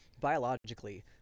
biologically